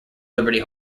liberty